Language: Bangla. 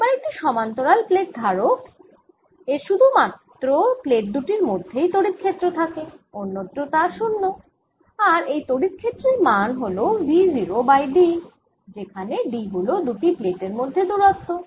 এবার একটি সমান্তরাল প্লেট ধারক এর শুধু মাত্র প্লেট দুটির মধ্যেই তড়িৎ ক্ষেত্র থাকে অন্যত্র তা 0 আর এই তড়িৎ ক্ষেত্রের মান হল V 0 বাই d যেখানে d হল দুটি প্লেট এর মধ্যে দুরত্ব